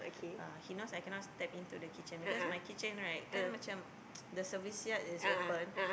uh he knows I cannot step into the kitchen because my kitchen right kan macam the service yard is open